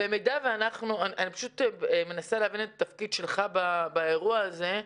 אני מנסה להבין את התפקיד שלך באירוע הזה.